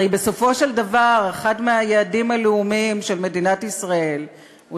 הרי בסופו של דבר אחד היעדים הלאומיים של מדינת ישראל הוא